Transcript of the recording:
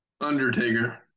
Undertaker